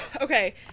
Okay